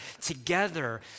together